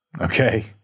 Okay